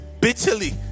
bitterly